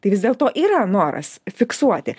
tai vis dėlto yra noras fiksuoti